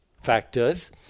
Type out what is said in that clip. factors